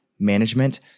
Management